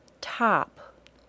top